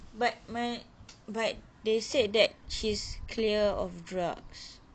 but my but they said that she's clear of drugs